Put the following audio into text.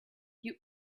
you